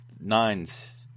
Nine's